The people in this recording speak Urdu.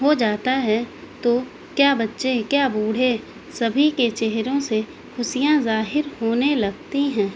ہو جاتا ہے تو کیا بچے کیا بوڑھے سبھی کے چہروں سے خوشیاں ظاہر ہونے لگتی ہیں